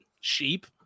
sheep